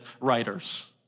writers